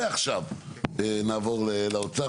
ועכשיו נעבור לאוצר.